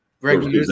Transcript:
Greg